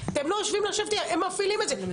הם מפעילים את זה,